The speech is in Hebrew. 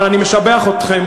אבל אני משבח אתכם,